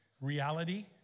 Reality